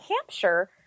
Hampshire